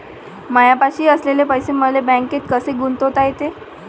मायापाशी असलेले पैसे मले बँकेत कसे गुंतोता येते?